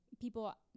people